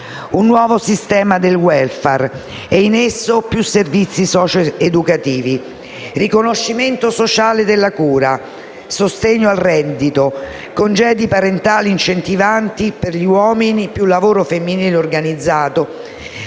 un nuovo sistema di *welfare* e in esso più servizi socio-educativi: riconoscimento sociale della cura, sostegno al reddito, congedi parentali incentivanti per gli uomini, più lavoro femminile organizzato